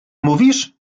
mówisz